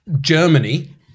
germany